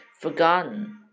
Forgotten